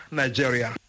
nigeria